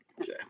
Okay